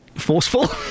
Forceful